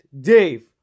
Dave